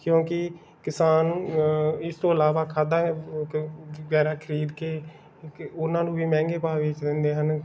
ਕਿਉਂਕਿ ਕਿਸਾਨ ਇਸ ਤੋਂ ਇਲਾਵਾ ਖਾਦਾਂ ਵਗੈਰਾ ਖਰੀਦ ਕੇ ਉਹਨਾਂ ਨੂੰ ਵੀ ਮਹਿੰਗੇ ਭਾਅ ਵੇਚ ਦਿੰਦੇ ਹਨ